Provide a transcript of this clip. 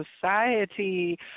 society